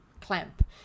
Clamp